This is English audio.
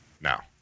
now